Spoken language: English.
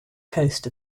coast